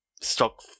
stock